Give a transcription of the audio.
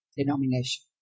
denomination